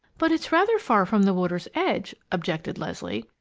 but it's rather far from the water's edge, objected leslie.